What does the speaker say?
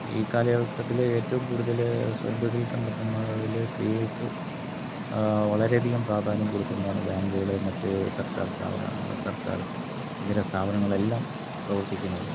ഈ കാലഘട്ടത്തില് ഏറ്റവും കൂടുതല് സ്വയംതൊഴിൽ കണ്ടെത്തുന്നതില് സ്ത്രീകൾക്ക് വളരെയധികം പ്രാധാന്യം കൊടുത്തുകൊണ്ടാണ് ബാങ്കുകള് മറ്റ് സർക്കാർ സ്ഥാപനങ്ങള് സർക്കാർ ഇതര സ്ഥാപനങ്ങളെല്ലാം പ്രവർത്തിക്കുന്നത്